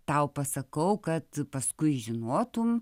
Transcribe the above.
tau pasakau kad paskui žinotum